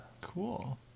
Cool